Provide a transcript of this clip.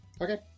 Okay